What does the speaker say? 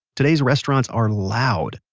today's restaurants are loud.